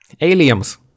Aliens